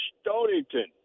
Stonington